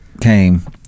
came